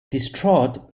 distraught